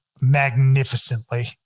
magnificently